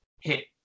hit